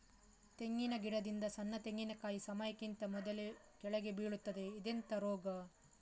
ತೆಂಗಿನ ಗಿಡದಿಂದ ಸಣ್ಣ ತೆಂಗಿನಕಾಯಿ ಸಮಯಕ್ಕಿಂತ ಮೊದಲೇ ಕೆಳಗೆ ಬೀಳುತ್ತದೆ ಇದೆಂತ ರೋಗ?